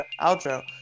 outro